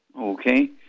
Okay